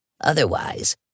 Otherwise